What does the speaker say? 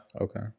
okay